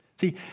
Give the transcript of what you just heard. See